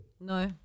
No